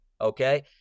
okay